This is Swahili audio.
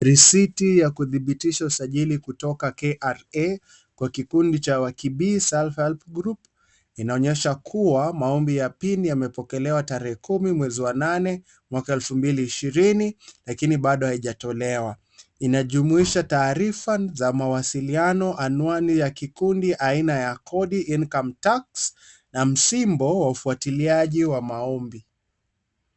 Risiti ya kuthobitisha usajili kutoka KRA, kwa kikundi cha Wakibi Salhal Group, inaonyesha kuwa maombi ya pini yamepokelewa tare kumi mwezi wa nane, mwaka elfu mbili ishorini, lakini bado haijatolewa, inajumuisha taarifa za mawasiliano anwani ya kikundi aina ya kodi(cs)income tax(cs), na msimbo wa ufuatiliaji wa maombi.